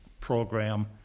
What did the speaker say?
program